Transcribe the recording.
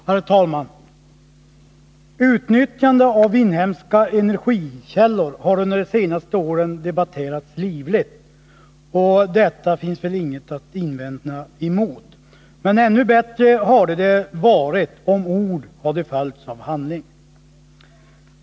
Herr talman! Utnyttjande av inhemska energikällor har under de senaste åren debatterats livligt, och detta finns väl inget att invända emot, men ännu bättre hade det varit om ord hade följts av handling.